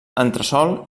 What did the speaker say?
entresòl